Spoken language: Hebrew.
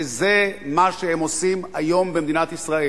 וזה מה שהם עושים היום במדינת ישראל.